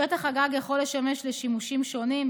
שטח הגג יכול לשמש לשימושים שונים,